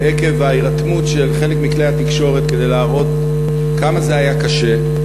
ועקב ההירתמות של חלק מכלי התקשורת כדי להראות כמה זה היה קשה,